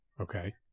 Okay